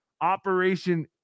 operation